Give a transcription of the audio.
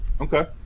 Okay